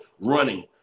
running